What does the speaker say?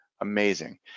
amazing